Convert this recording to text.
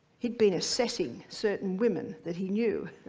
he'd been assessing certain women that he knew,